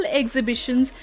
exhibitions